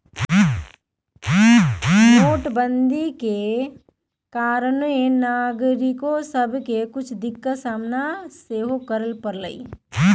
नोटबन्दि के कारणे नागरिक सभके के कुछ दिक्कत सामना सेहो करए परलइ